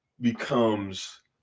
becomes